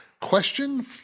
question